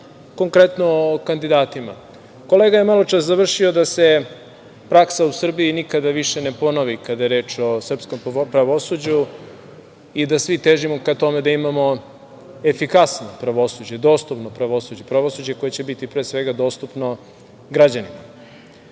konkretno o kandidatima. Kolega je maločas završio da se praksa u Srbiji nikada više ne ponovi, kada je reč o srpskom pravosuđu i da svi težimo ka tome da imamo efikasno pravosuđe, dostojno pravosuđe koje će biti pre svega dostupno građanima.U